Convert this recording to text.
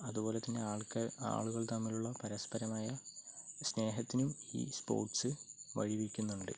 അതുപോലെ തന്നെ ആൾക്ക് ആളുകള് തമ്മിലുള്ള പരസ്പരമായ സ്നേഹത്തിനും ഈ സ്പോര്ട്ട്സ് വഴി വെയ്ക്കുന്നുണ്ട്